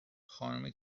خانومه